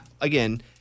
again